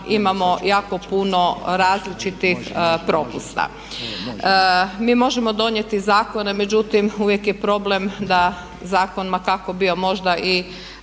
imamo jako puno različitih propusta. Mi možemo donijeti zakone međutim uvijek je problem da zakon ma kako bio možda i